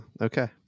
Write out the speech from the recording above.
Okay